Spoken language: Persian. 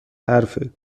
حرفه